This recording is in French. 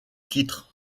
titre